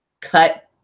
cut